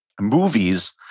movies